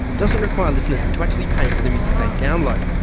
doesn't require listeners to actually pay for the music they download,